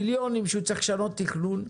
מיליונים שהוא צריך לשנות תכנון,